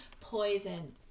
Poison